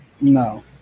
No